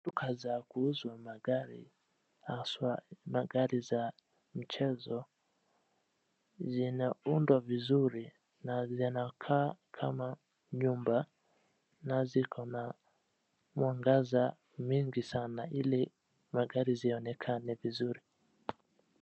Duka za kuuzwa magari haswa magari za mchezo. Zinaundwa vizuri na zinakaa kama nyumba na ziko na mwangaza mingi sana ili magari zionekane vizuri.